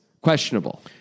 questionable